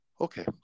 Okay